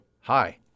hi